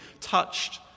touched